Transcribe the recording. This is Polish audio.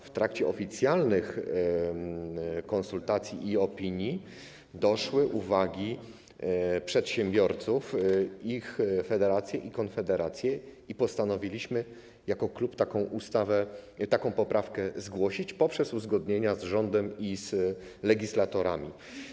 W trakcie oficjalnych konsultacji i zgłaszania opinii doszły uwagi przedsiębiorców, ich federacji i konfederacji, i postanowiliśmy jako klub taką poprawkę zgłosić poprzez uzgodnienia z rządem i z legislatorami.